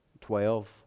twelve